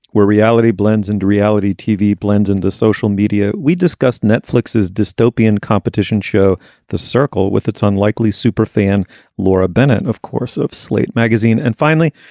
where reality blends and reality tv blends into social media. we discussed netflix's dystopian competition show the circle with its unlikely super fan laura bennett, of course, of slate magazine. and finally,